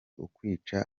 ukwica